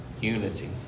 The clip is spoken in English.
unity